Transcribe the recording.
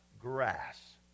grass